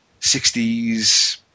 60s